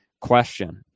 question